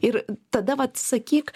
ir tada vat sakyk